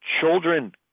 Children